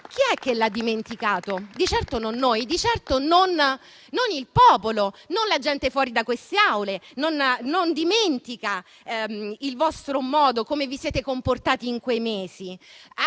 chi è che l'ha dimenticato? Di certo non noi, di certo non il popolo; la gente fuori da queste Aule non dimentica come vi siete comportati in quei mesi: